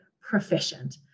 proficient